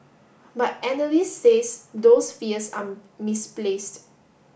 but analysts says those fears are misplaced